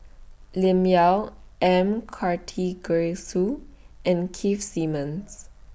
Lim Yau M Karthigesu and Keith Simmons